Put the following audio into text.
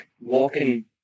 walking